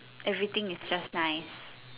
everything is just nice